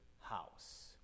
house